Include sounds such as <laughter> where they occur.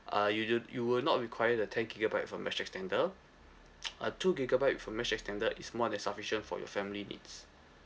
uh you don't you will not require the ten gigabyte with a mesh extender <noise> uh two gigabyte with a mesh extender is more than sufficient for your family needs